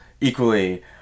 equally